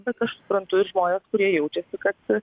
bet aš suprantu ir žmones kurie jaučiasi kad